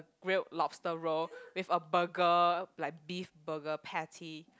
real lobster roll with a burger like beef burger patty